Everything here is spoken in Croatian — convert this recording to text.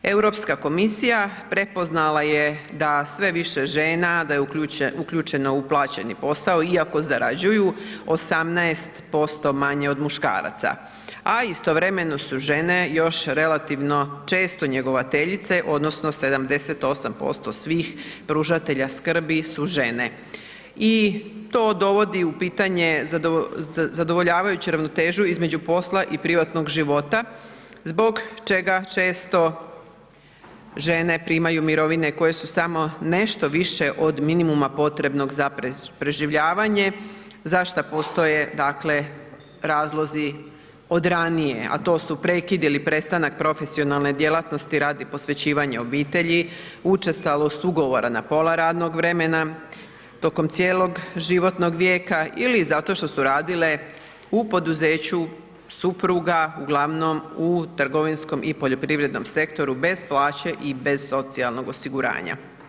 Europska komisija prepoznala je da sve više žena da je uključeno u plaćeni posao iako zarađuju 18% manje od muškaraca a istovremeno su žene još relativno često njegovateljice odnosno 78% svih pružatelja skrbi su žene i to dovodi u pitanje zadovoljavajuće ravnoteže između posla i privatnog života zbog čega često žene primaju mirovine koje su samo nešto više od minimuma potrebnog za preživljavanje za što postoje dakle razlozi od ranije a to su prekidi ili prestanak profesionalne djelatnosti radi posvećivanja obitelji, učestalost ugovora na pola radnog vremena tokom cijelog životnog vijeka ili zato što su radile u poduzeću supruga uglavnom u trgovinskom i poljoprivrednom sektoru bez plaće i bez socijalnog osiguranja.